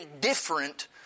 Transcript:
different